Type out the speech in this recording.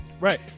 Right